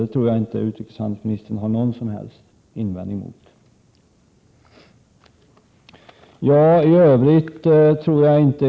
Jag tror inte att utrikeshandelsministern har någon som helst invändning mot det.